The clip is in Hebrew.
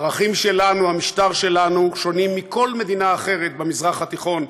הערכים שלנו והמשטר שלנו שונים משל כל מדינה אחרת במזרח התיכון,